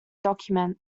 document